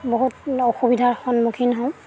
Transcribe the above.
বহুত অসুবিধাৰ সন্মুখীন হওঁ